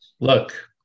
Look